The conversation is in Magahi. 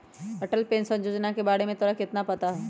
अटल पेंशन योजना के बारे में तोरा कितना पता हाउ?